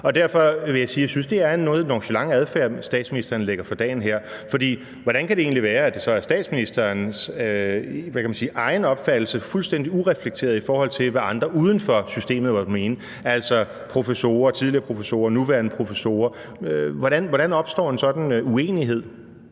og derfor vil jeg sige, at jeg synes, det er en noget nonchalant adfærd, statsministeren her lægger for dagen. For hvordan kan det egentlig være, at det så er statsministerens, hvad kan man sige, egen opfattelse, fuldstændig ureflekteret, i forhold til hvad andre uden for systemet måtte mene, altså professorer, tidligere professorer, nuværende professorer? Hvordan opstår en sådan uenighed?